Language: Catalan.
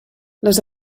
les